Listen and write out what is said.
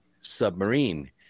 submarine